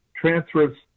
transfers